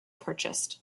purchased